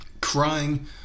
crying